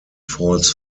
falls